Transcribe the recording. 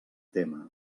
tema